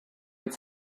its